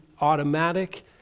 automatic